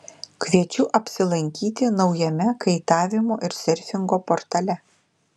kviečiu apsilankyti naujame kaitavimo ir serfingo portale